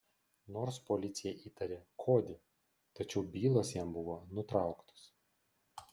nors policija įtarė kodį tačiau bylos jam buvo nutrauktos